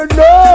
no